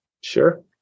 Sure